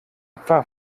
etwa